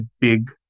big